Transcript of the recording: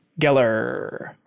Geller